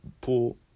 pull